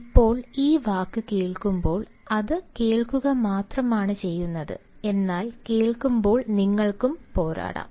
ഇപ്പോൾ ഈ വാക്ക് കേൾക്കുമ്പോൾ അത് കേൾക്കുക മാത്രമാണ് ചെയ്യുന്നത് എന്നാൽ കേൾക്കുമ്പോൾ നിങ്ങൾക്കും പോരാടാം